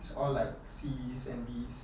it's all like C_S and B_S